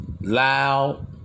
loud